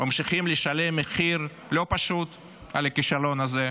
ממשיכים לשלם מחיר לא פשוט על הכישלון הזה.